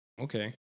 okay